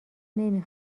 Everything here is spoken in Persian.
نمی